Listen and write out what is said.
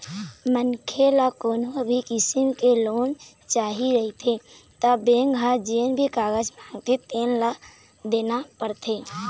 मनखे ल कोनो भी किसम के लोन चाही रहिथे त बेंक ह जेन भी कागज मांगथे तेन ल देना परथे